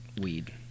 weed